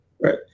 Right